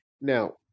now